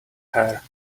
hair